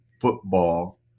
football